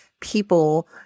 people